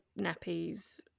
nappies